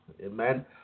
amen